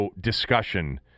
discussion